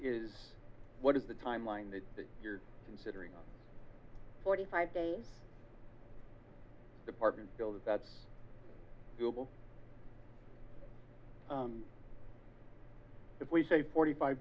is what is the timeline that you're considering a forty five day department building that's doable if we say forty five